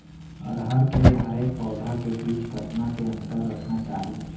अरहर के हरेक पौधा के बीच कतना के अंतर रखना चाही?